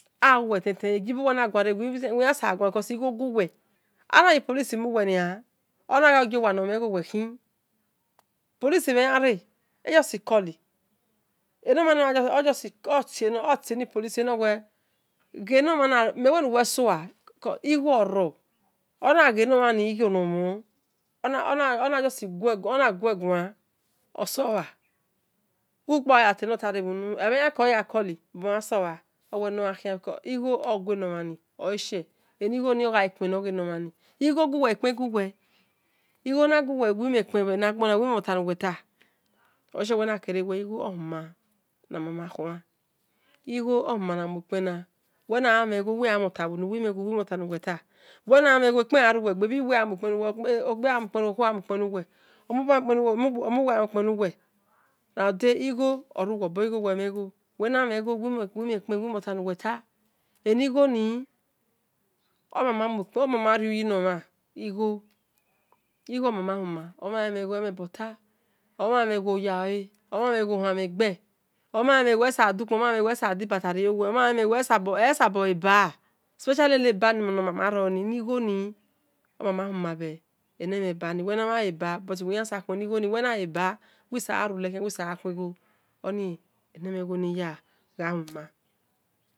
Aghe guwe ten ten anayi police mu we nia eyanre eyan re a just call nomhani sola enomhan sola ramude igho ogu we oleshi uwe nakere igho ohuma am mekpen na uwenagha mihen igho ekpen gha ruwe egbe uwenaghel gah mhen igho obhiyuwe igha mueke pen nuwe omobor gha mukpen nuwe omowe gha muekpen nu we ramude eni gho ni omamariuyi nomhan igho omaana huma omhun imhangho oya gbe omhani mhegho esabolaba enighoni oma ma huma bhi emhe ebani